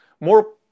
more